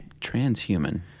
Transhuman